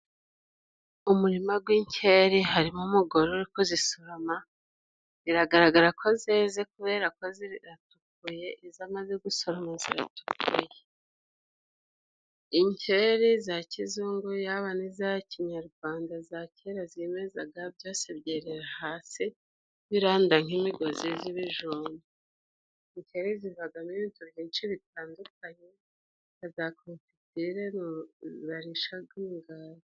Umurima gw'inkeri harimo umugore uri kuzisoroma, biragaragara ko zeze ziratukuye izo amaze gusoroma ziratukuye, inkeri za kizungu yaba n'iza kinyarwanda za kera zimezaga byose byerera hasi biranda nk'imigozi z'ibijumba, inkeri zivagamo ibintu byinshi bitandukanye na za ko... barishaga imigati.